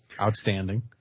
Outstanding